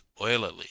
oilily